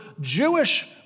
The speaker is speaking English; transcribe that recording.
Jewish